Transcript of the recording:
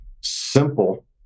simple